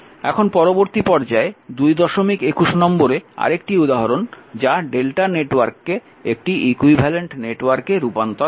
এখন পরবর্তী পর্যায়ে 221 নম্বরে আরেকটি উদাহরণ যা Δ নেটওয়ার্ককে একটি ইকুইভ্যালেন্ট নেটওয়ার্কে রূপান্তর করে